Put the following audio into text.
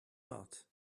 art